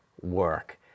work